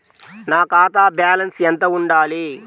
నా ఖాతా బ్యాలెన్స్ ఎంత ఉండాలి?